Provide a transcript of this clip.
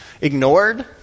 ignored